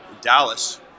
Dallas